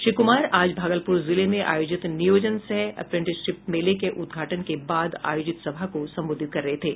श्री क्मार आज भागलपूर जिले में आयोजित नियोजन सह अप्रेंटिसशिप मेले के उद्घाटन के बाद अयोजित सभा को संबोधित कर रहे थे